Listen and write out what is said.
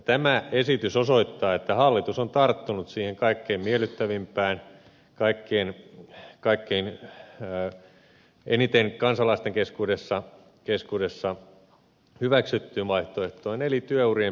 tämä esitys osoittaa että hallitus on tarttunut siihen kaikkein miellyttävimpään kaikkein eniten kansalaisten keskuudessa hyväksyttyyn vaihtoehtoon eli työurien pidentämiseen